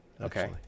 Okay